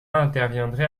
interviendrait